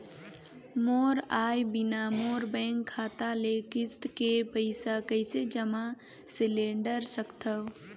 मोर आय बिना मोर बैंक खाता ले किस्त के पईसा कइसे जमा सिलेंडर सकथव?